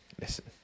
listen